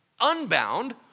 unbound